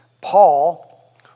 Paul